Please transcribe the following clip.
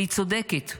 והיא צודקת.